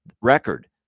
record